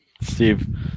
Steve